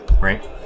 Right